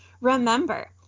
remember